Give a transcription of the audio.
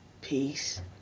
peace